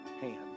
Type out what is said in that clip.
hands